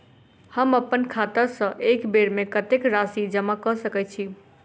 हम अप्पन खाता सँ एक बेर मे कत्तेक राशि जमा कऽ सकैत छी?